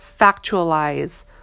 factualize